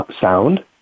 sound